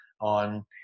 on